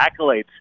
accolades